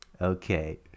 okay